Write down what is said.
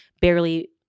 barely